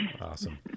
Awesome